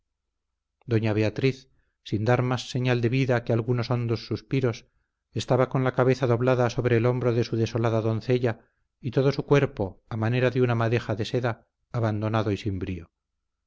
doña beatriz sin dar más señal de vida que algunos hondos suspiros estaba con la cabeza doblada sobre el hombro de su desolada doncella y todo su cuerpo a manera de una madeja de seda abandonado y sin brío